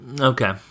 Okay